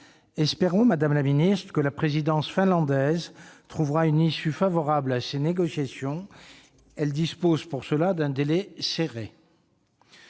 Espérons, madame la secrétaire d'État, que la présidence finlandaise trouvera une issue favorable à ces négociations. Elle dispose pour cela d'un délai serré.